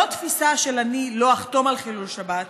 "לא תפיסה של 'אני לא אחתום על חילול שבת',